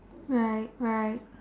right